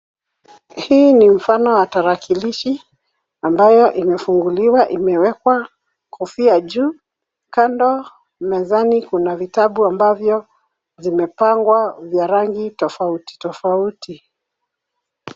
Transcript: Hii ni mfano wa tarakilishi ambayo imefunguliwa. Imewekwa kofia juu. Kando mezani kuna vitabu ambavyo zimepangwa vya rangi tofauti tofauti.